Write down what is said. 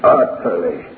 utterly